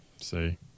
See